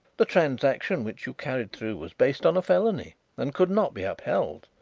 the transaction which you carried through was based on a felony and could not be upheld.